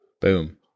Boom